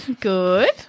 good